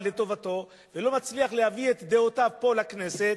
לטובתו ולא מצליח להביא את דעותיו פה לכנסת,